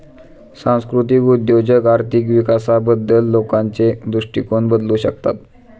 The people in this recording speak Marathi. सांस्कृतिक उद्योजक आर्थिक विकासाबद्दल लोकांचे दृष्टिकोन बदलू शकतात